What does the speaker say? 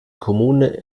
kommune